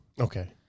Okay